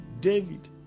david